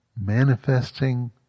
manifesting